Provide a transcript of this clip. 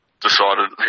decided